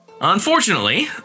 Unfortunately